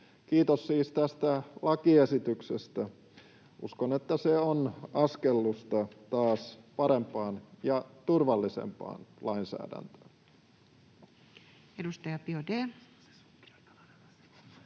Kiitos siis tästä lakiesityksestä. Uskon, että se on askellusta taas parempaan ja turvallisempaan lainsäädäntöön.